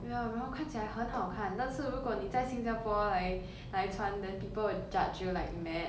ya 然后看起来很好看但是如果你在新加坡 like like 穿 then people will judge you like mad